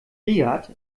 riad